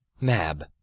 Mab